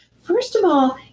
first of all,